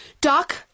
Doc